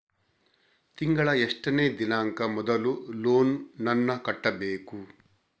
ತಿಂಗಳ ಎಷ್ಟನೇ ದಿನಾಂಕ ಮೊದಲು ಲೋನ್ ನನ್ನ ಕಟ್ಟಬೇಕು?